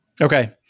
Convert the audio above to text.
Okay